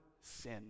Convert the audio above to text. sin